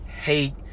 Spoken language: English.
hate